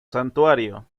santuario